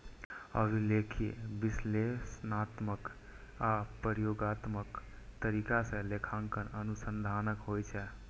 अभिलेखीय, विश्लेषणात्मक आ प्रयोगात्मक तरीका सं लेखांकन अनुसंधानक होइ छै